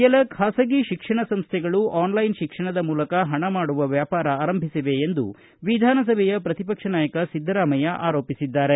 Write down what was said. ಕೆಲ ಖಾಸಗಿ ಶಿಕ್ಷಣ ಸಂಸ್ಥೆಗಳು ಆನ್ಲೈನ್ ಶಿಕ್ಷಣದ ಮೂಲಕ ಪಣ ಮಾಡುವ ವ್ಯಾಪಾರ ಆರಂಭಿಸಿವೆ ಎಂದು ವಿಧಾನಸಭೆ ಪ್ರತಿಪಕ್ಷ ನಾಯಕ ಸಿದ್ದರಾಮಯ್ಕ ಆರೋಪಿಸಿದ್ದಾರೆ